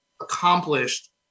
accomplished